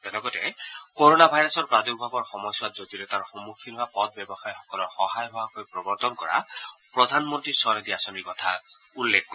তেওঁ লগতে কৰনা ভাইৰাছৰ প্ৰাদুৰ্ভাৱৰ সময়ছোৱাত জটিলতাৰ সন্মুখীন হোৱা পথ ব্যৱসায়ীসকলৰ সহায় হোৱাকৈ প্ৰৱৰ্তন কৰা প্ৰধানমন্ত্ৰী স্বনিধি আঁচনিৰ কথা উল্লেখ কৰে